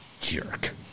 jerk